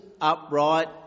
upright